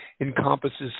encompasses